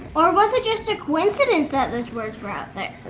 or was it just a coincidence that those words were out there?